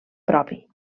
propi